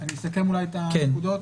אני אסכם את הנקודות.